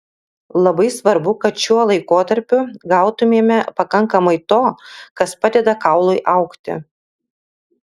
labai svarbu kad šiuo laikotarpiu gautumėme pakankamai to kas padeda kaului augti